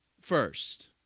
First